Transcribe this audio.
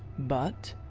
but